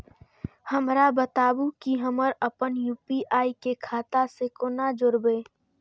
हमरा बताबु की हम आपन यू.पी.आई के खाता से कोना जोरबै?